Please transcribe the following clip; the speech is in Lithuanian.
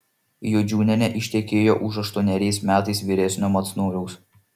jodžiūnienė ištekėjo už aštuoneriais metais vyresnio macnoriaus